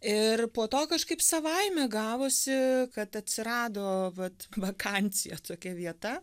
ir po to kažkaip savaime gavosi kad atsirado vat vakansija tokia vieta